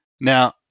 Now